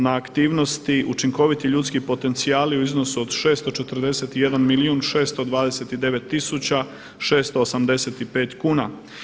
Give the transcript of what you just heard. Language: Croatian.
Na aktivnosti – Učinkoviti ljudski potencijali u iznosu od 641 milijun 629 tisuća 685 kuna.